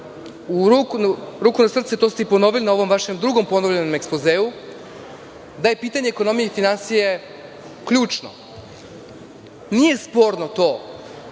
ruku na srce to ste i ponovili na ovom drugom vašem ponovljenom ekspozeu, da je pitanje ekonomije i finansija ključno. Nije sporno to